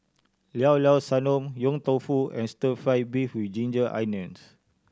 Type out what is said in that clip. Llao Llao Sanum Yong Tau Foo and Stir Fry beef with ginger onions